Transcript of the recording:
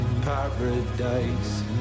paradise